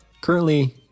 Currently